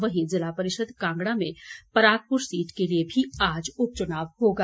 वहीं ज़िला परिषद कांगड़ा में परागपुर सीट के लिए भी आज उप चुनाव होगा